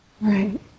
Right